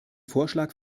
vorschlag